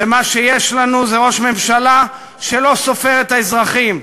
ומה שיש לנו זה ראש ממשלה שלא סופר את האזרחים.